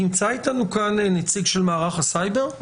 נמצא איתנו כאן נציג של מערך הסייבר?